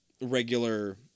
regular